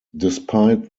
despite